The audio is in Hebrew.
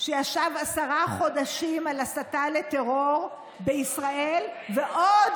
שישב עשרה חודשים על הסתה לטרור בישראל ועוד